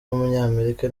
w’umunyamerika